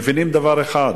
מבינים דבר אחד